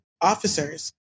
officers